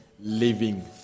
living